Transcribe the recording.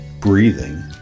breathing